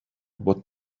what